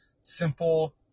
simple